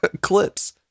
clips